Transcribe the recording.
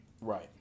Right